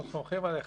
אנחנו סומכים עליך.